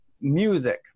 music